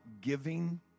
giving